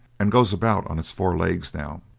and goes about on its four legs now.